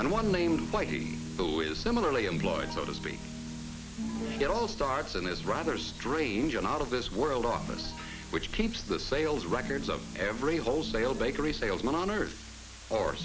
and one named white who is similarly employed so to speak it all starts in this rather strange and out of this world office which keeps the sales records of every wholesale bakery salesman on earth or